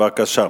בבקשה.